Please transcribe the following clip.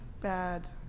bad